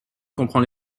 comprend